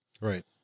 Right